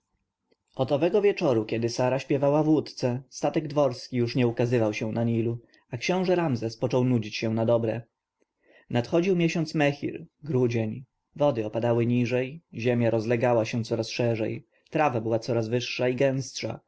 owego wieczora kiedy sara śpiewała w łódce statek dworski już nie ukazywał się na nilu a książę ramzes począł nudzić się na dobre nadchodził miesiąć mehir grudzień wody opadały niżej ziemia rozlegała się coraz szerzej trawa była codzień wyższa i gęstsza